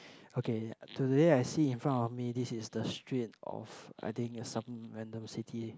okay today I see in front of me this is the street of I think some random city